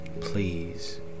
Please